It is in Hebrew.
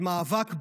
למאבק באלימות,